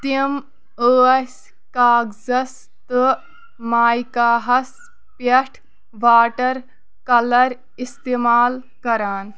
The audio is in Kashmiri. تِم ٲسۍ کاغزَس تہٕ مایکاہس پیٚٹھ واٹر کَلر اِستعمال کَران